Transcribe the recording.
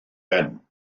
ben